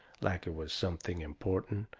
like it was something important,